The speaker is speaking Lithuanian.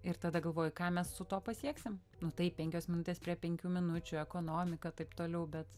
ir tada galvoji ką mes su tuo pasieksim nu taip penkios minutės prie penkių minučių ekonomika taip toliau bet